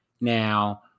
now